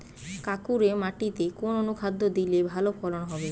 কাঁকুরে মাটিতে কোন অনুখাদ্য দিলে ভালো ফলন হবে?